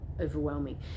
overwhelming